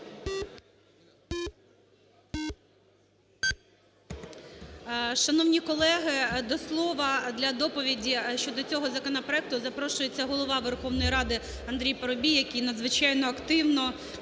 Шановні колеги, до слова для доповіді щодо цього законопроекту запрошується Голова Верховної Ради Андрій Парубій, який надзвичайно активно